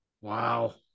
Wow